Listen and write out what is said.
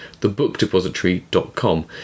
thebookdepository.com